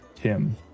Tim